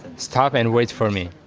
stop and wait for me.